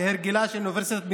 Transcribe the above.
כהרגלה של אוניברסיטת בן-גוריון,